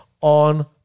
on